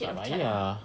tak payah